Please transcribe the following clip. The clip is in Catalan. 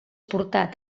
portat